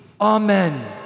Amen